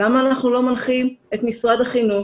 למה אנחנו לא מנחים את משרד החינוך?